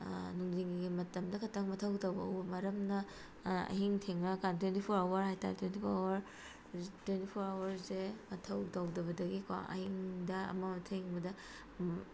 ꯅꯨꯡꯊꯤꯟꯒꯤ ꯃꯇꯝꯗ ꯈꯛꯇꯪ ꯃꯊꯧ ꯇꯧꯕ ꯎꯕ ꯃꯔꯝꯅ ꯑꯍꯤꯡ ꯊꯦꯡꯉꯛꯑꯒ ꯇ꯭ꯋꯦꯟꯇꯤ ꯐꯣꯔ ꯑꯋꯥꯔ ꯍꯥꯏꯇꯥꯔꯦ ꯇ꯭ꯋꯦꯟꯇꯤ ꯐꯣꯔ ꯑꯋꯥꯔ ꯍꯧꯖꯤꯛ ꯇ꯭ꯋꯦꯟꯇꯤ ꯐꯣꯔ ꯑꯋꯥꯔꯁꯦ ꯃꯊꯧ ꯇꯧꯗꯕꯗꯒꯤꯀꯣ ꯑꯍꯤꯡꯗ ꯑꯃꯝ ꯑꯊꯦꯡꯕꯗ